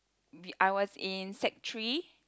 we I was in sec three